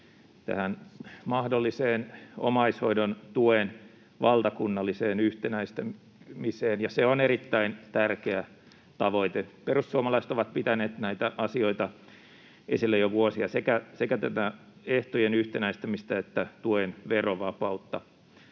tähän mahdolliseen omaishoidon tuen valtakunnalliseen yhtenäistämiseen, ja se on erittäin tärkeä tavoite. Perussuomalaiset ovat pitäneet näitä asioita esillä jo vuosia, sekä tätä ehtojen yhtenäistämistä että tuen verovapautta,